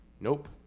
Nope